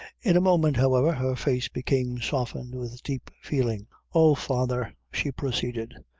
in a moment, however, her face became softened with deep feeling o, father, she proceeded,